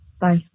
bye